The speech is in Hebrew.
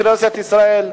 בכנסת ישראל,